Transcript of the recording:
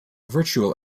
virtual